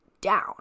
down